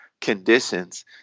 conditions